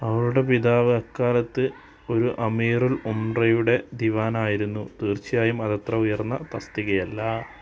അവളുടെ പിതാവ് അക്കാലത്ത് ഒരു അമീറുൽ ഉംറയുടെ ദിവാനായിരുന്നു തീർച്ചയായും അതത്ര ഉയർന്ന തസ്തികയല്ല